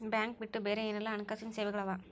Bank ಬಿಟ್ಟು ಬ್ಯಾರೆ ಏನೆಲ್ಲಾ ಹಣ್ಕಾಸಿನ್ ಸೆವೆಗಳವ?